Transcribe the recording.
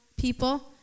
people